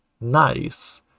nice